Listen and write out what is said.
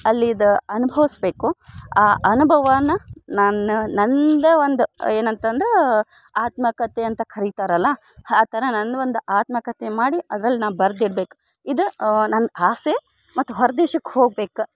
ಅಲ್ಲೀದು ಅನುಭವ್ಸ್ಬೇಕು ಆ ಅನುಭವನ ನಾನ ನನ್ನದೇ ಒಂದು ಏನಂತ ಅಂದ್ರೆ ಆತ್ಮಕತೆ ಅಂತ ಕರೀತಾರಲ್ಲ ಹಾ ಥರ ನಂದು ಒಂದು ಆತ್ಮಕತೆ ಮಾಡಿ ಅದ್ರಲ್ಲಿ ನಾನು ಬರ್ದು ಇಡ್ಬೇಕು ಇದು ನನ್ನ ಆಸೆ ಮತ್ತು ಹೊರ ದೇಶಕ್ಕೆ ಹೋಗ್ಬೇಕು